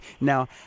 Now